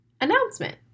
announcement